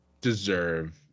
deserve